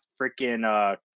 freaking